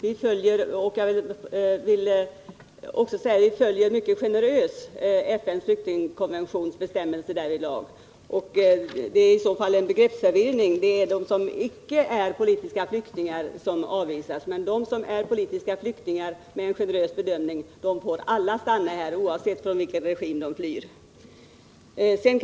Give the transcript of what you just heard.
Vi följer därvidlag mycket generöst FN:s flyktingkonventions bestämmelser. Bertil Måbrink gör sig möjligen skyldig till en begreppsförvirring: det är de som icke är politiska flyktingar som avvisas, medan de som efter en generös bedömning anses vara politiska flyktingar får stanna, oavsett från vilken regim de har flytt.